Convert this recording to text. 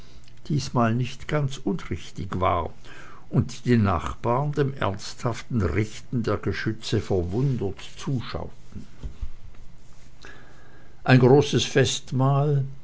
diesmal nicht ganz unrichtig war und die nachbaren dem ernsthaften richten der geschütze verwundert zuschauten ein großes festmahl